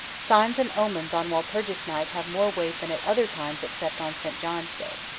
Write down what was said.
signs and omens on walpurgis night have more weight than at other times except on st. john's day.